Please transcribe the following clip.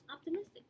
Optimistic